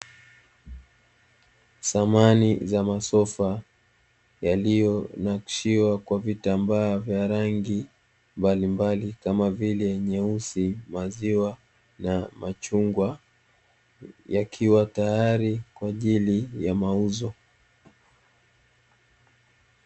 Samani za masofa yaloyonakshiwa kwa vitambaa vya rangi mbalimbali kama vile nyeusi, maziwa na machungwa, yakiwa tayari kwa ajili ya mauzo.